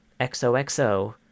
xoxo